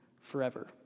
forever